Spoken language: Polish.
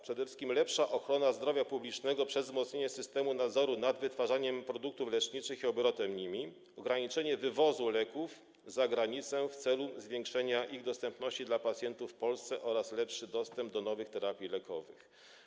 Przede wszystkim chodzi o lepszą ochronę zdrowia publicznego przez wzmocnienie systemu nadzoru nad wytwarzaniem produktów leczniczych i obrotem nimi, a także ograniczenie wywozu leków za granicę w celu zwiększenia ich dostępności dla pacjentów w Polsce oraz o lepszy dostęp do nowych terapii lekowych.